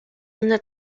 una